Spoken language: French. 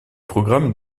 programmes